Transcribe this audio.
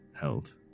held